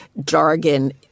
jargon